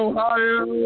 Ohio